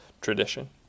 tradition